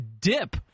dip